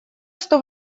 что